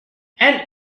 and